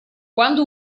quando